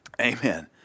Amen